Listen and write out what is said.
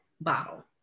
bottle